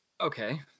Okay